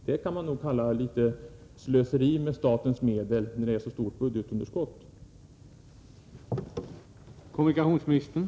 Det kan man nog kalla slöseri med statens medel — när budgetunderskottet är så stort.